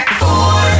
four